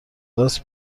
راست